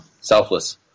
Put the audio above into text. selfless